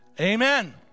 Amen